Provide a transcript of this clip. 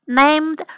named